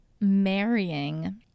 marrying